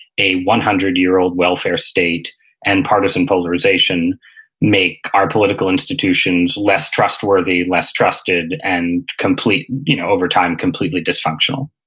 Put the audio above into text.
a one hundred year old welfare state and partisan polarization make our political institutions less trustworthy, less trusted, and you know over time, completely dysfunctional.